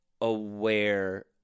aware